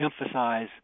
emphasize